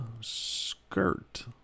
skirt